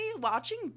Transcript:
watching